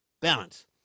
balance